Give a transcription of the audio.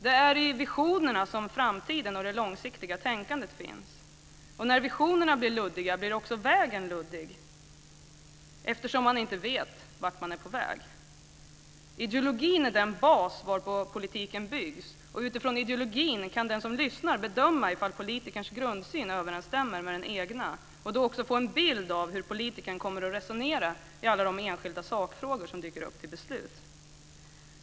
Det är i visionerna som framtiden och det långsiktiga tänkandet finns, och när visionerna blir luddiga blir också vägen luddig eftersom man inte vet vart man är på väg. Ideologin är den bas varpå politiken byggs, och utifrån ideologin kan den som lyssnar bedöma ifall politikerns grundsyn överensstämmer med den egna. Då kan man också få en bild av hur politikern kommer att resonera i alla de enskilda sakfrågor som dyker upp till beslut.